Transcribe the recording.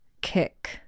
kick